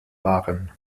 waren